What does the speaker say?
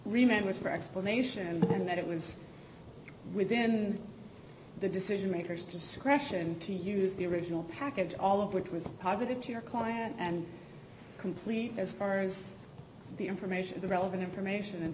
remembers her explanation and that it was within the decision makers discretion to use the original package all of which was positive to your client and complete as far as the information the relevant information and